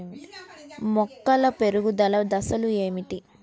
మొక్కల పెరుగుదల దశలు ఏమిటి?